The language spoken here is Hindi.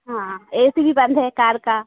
हाँ ए सी भी बंद है कार का